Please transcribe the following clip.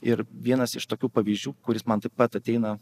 ir vienas iš tokių pavyzdžių kuris man taip pat ateina